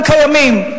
והם קיימים.